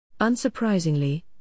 Unsurprisingly